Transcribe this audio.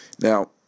Now